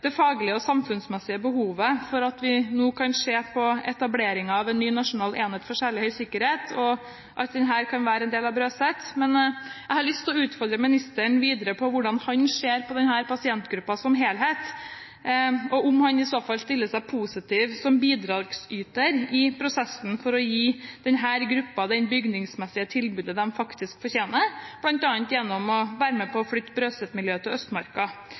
det faglige og samfunnsmessige behovet for at vi nå kan se på etableringen av en ny nasjonal enhet for særlig høy sikkerhet, og at den kan være en del av Brøset. Men jeg har lyst til å utfordre ministeren videre på hvordan han ser på denne pasientgruppen som helhet, om han i så fall stiller seg positiv som bidragsyter i prosessen for å gi denne gruppen det bygningsmessige tilbudet de faktisk fortjener, bl.a. gjennom å være med på å flytte Brøset-miljøet til Østmarka,